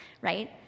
right